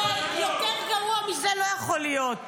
יותר גרוע מזה לא יכול להיות.